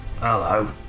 hello